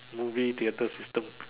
movie theatre system